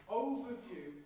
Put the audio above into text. overview